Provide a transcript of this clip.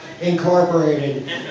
Incorporated